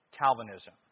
Calvinism